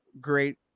great